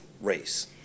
race